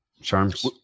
Charms